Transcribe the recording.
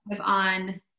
on